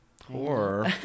Poor